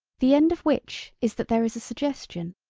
the end of which is that there is a suggestion,